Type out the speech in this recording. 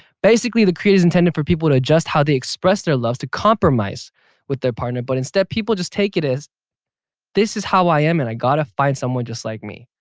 basically, the creed is intended for people to adjust how they express their loves to compromise with their partner but instead people just take it as this is how i am and i gotta find someone just like me.